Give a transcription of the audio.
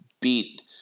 beat